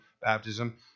baptism